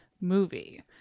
movie